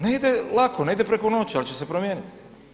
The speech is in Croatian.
Ne ide lako, ne ide preko noći ali će se promijeniti.